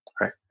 right